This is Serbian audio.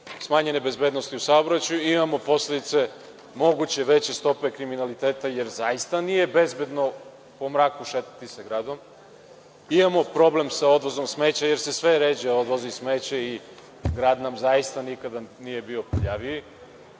smanjene bezbednosti u saobraćaju, imamo posledice moguće veće stope kriminaliteta, jer sada zaista nije bezbedno šetati se gradom po mraku. Imamo problem sa odnošenjem smeća jer se sve ređe odvozi smeće i grad nam zaista nije nikada bio prljaviji.